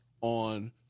on